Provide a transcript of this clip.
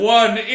one